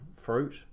fruit